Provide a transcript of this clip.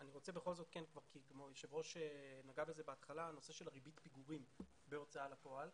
היושב ראש נגע בנושא של ריבית פיגורים בהוצאה לפועל.